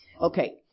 Okay